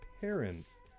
parents